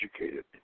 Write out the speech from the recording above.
educated